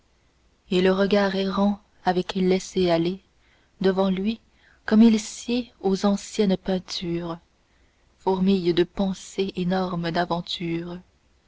et le regard errant avec laisser-aller devant lui comme il sied aux anciennes peintures fourmille de pensers énormes d'aventures